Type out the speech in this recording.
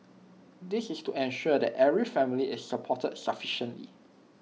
this is to ensure that every family is supported sufficiently